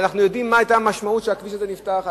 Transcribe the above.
אבל אנחנו יודעים מה היתה המשמעות כשהכביש הזה נפתח,